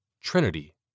Trinity